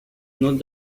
not